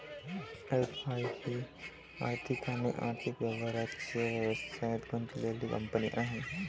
FI ही आर्थिक आणि आर्थिक व्यवहारांच्या व्यवसायात गुंतलेली कंपनी आहे